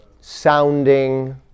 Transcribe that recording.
sounding